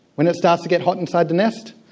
when it starts to get hot inside the nest,